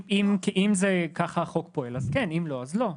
אם ככה החוק פועל אז כן, ואם לא אז לא.